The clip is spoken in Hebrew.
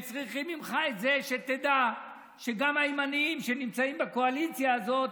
הם צריכים ממך את זה שתדע שגם הימנים שנמצאים בקואליציה הזאת,